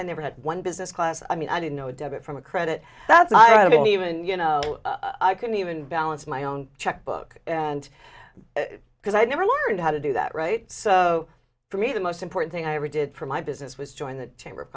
i never had one business class i mean i didn't know a debit from a credit that's not even you know i couldn't even balance my own checkbook and because i never learned how to do that right so for me the most important thing i ever did for my business was join the chamber of